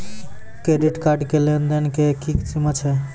Credit card के लेन देन के की सीमा छै?